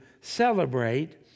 celebrate